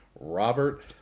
Robert